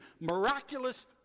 miraculous